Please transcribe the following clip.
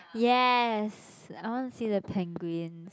yes I want to see the penguins